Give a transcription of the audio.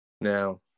Now